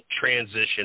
transition